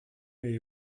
mais